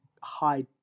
high